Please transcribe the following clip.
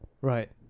Right